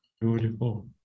Beautiful